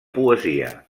poesia